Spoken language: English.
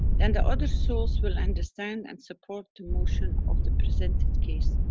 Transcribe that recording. then the other souls will understand and support the motion of the presented case